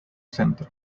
centro